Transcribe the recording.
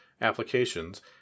applications